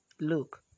Look